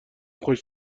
خوش